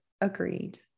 Agreed